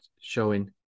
showing